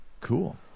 Cool